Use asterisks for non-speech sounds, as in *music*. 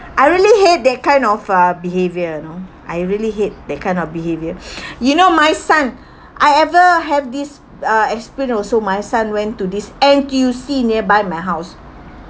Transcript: I really hate that kind of uh behaviour you know I really hate that kind of behaviour *breath* you know my son I ever have this(uh) experience also my son went to this N_T_U_C nearby my house